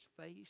face